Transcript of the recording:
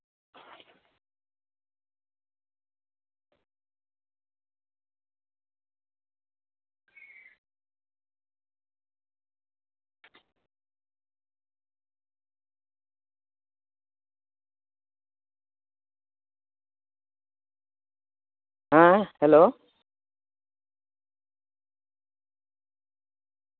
ᱦᱮᱸ ᱦᱮᱞᱳ